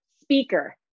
speaker